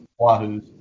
Wahoos